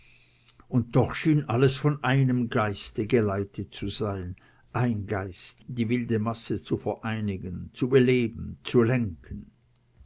und doch schien alles von einem geiste geleitet zu sein ein geist die wilde masse zu vereinigen zu beleben zu lenken